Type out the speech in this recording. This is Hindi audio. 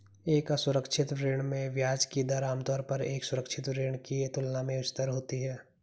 एक असुरक्षित ऋण में ब्याज की दर आमतौर पर एक सुरक्षित ऋण की तुलना में उच्चतर होती है?